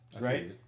right